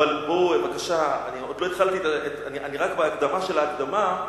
אבל בבקשה, אני רק בהקדמה של ההקדמה,